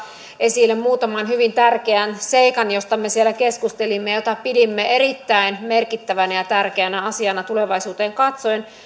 esille muutaman hyvin tärkeän seikan joista me siellä keskustelimme ja joita pidimme erittäin merkittävinä ja tärkeinä asioina tulevaisuuteen katsoen muun